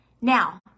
Now